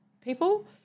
people